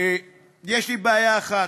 יש לי בעיה אחת,